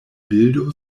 bildo